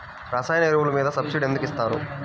రసాయన ఎరువులు మీద సబ్సిడీ ఎందుకు ఇస్తారు?